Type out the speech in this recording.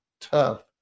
tough